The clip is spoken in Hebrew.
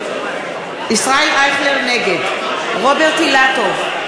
נגד רוברט אילטוב,